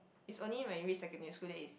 is only when you reach secondary school then is